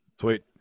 Sweet